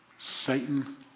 Satan